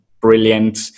brilliant